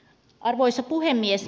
arvoisa puhemies